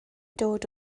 dod